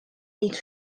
niet